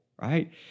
right